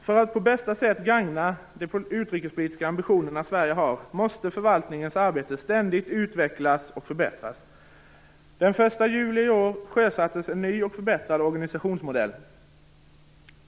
För att på bästa sätt gagna de utrikespolitiska ambitioner Sverige har, måste förvaltningens arbete ständigt utvecklas och förbättras. Den 1 juli i år sjösattes en ny och förbättrad organisationsmodell.